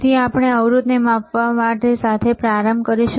તેથી આપણે અવરોધને માપવા સાથે પ્રારંભ કરીશું